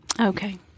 Okay